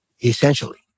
essentially